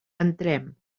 entrem